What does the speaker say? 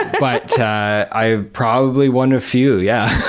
but i'm probably one of few, yeah!